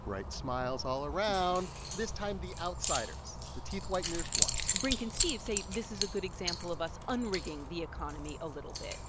bright smiles all around this time, the outsiders, the teeth whiteners, won brink and steve say this is a good example of us unrigging the economy a little bit.